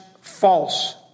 false